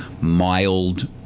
mild